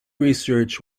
research